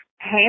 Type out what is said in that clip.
Hey